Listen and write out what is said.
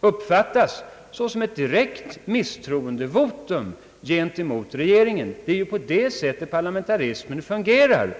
uppfattas såsom direkt misstroendevotum gentemot regeringen. Det är på det sättet parlamentarismen fungerar.